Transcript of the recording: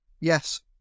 Yes